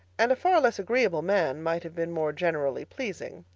and a far less agreeable man might have been more generally pleasing.